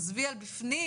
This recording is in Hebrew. עזבי על בפנים,